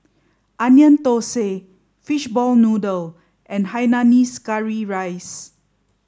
Onion Thosai Fishball Noodle and Hainanese Curry Rice